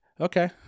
okay